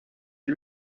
est